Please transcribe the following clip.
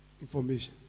information